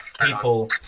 people